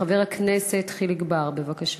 חבר הכנסת חיליק בר, בבקשה.